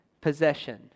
possession